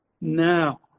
Now